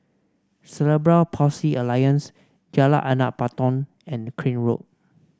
Cerebral Palsy Alliance Jalan Anak Patong and Crane Road